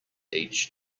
each